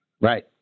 Right